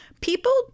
People